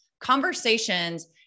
conversations